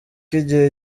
igihe